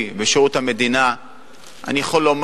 המדינה יצאה,